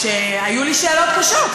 כשהיו לי שאלות קשות לשאול,